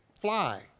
fly